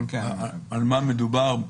על מה מדובר?